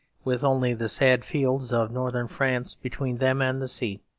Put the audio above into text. with only the sad fields of northern france between them and the sea.